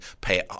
pay